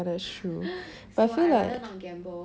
so I rather not gamble